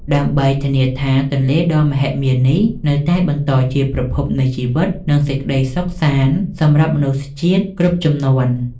ដើម្បីធានាថាទន្លេដ៏មហិមានេះនៅតែបន្តជាប្រភពនៃជីវិត និងសេចក្ដីសុខសាន្តសម្រាប់មនុស្សជាតិគ្រប់ជំនាន់។